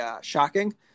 shocking